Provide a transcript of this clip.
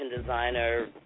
designer